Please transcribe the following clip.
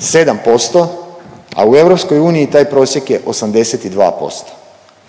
7% a u EU taj prosjek je 82%.